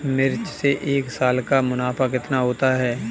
मिर्च से एक साल का मुनाफा कितना होता है?